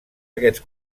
aquests